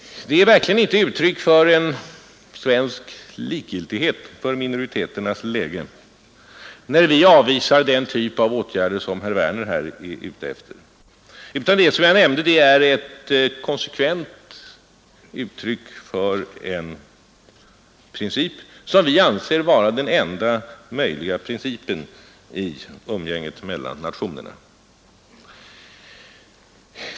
Det är verkligen inte uttryck för en svensk likgiltighet för minoriteternas läge när vi avvisar den typ av åtgärder som herr Werner här är ute efter utan det är, som jag nämnde, ett konsekvent uttryck för en princip som vi anser vara den enda möjliga principen i umgänget mellan nationerna.